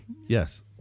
yes